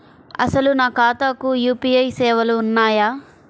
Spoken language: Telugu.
అసలు నా ఖాతాకు యూ.పీ.ఐ సేవలు ఉన్నాయా?